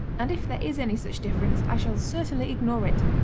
and if there is any such difference, i shall certainly ignore it.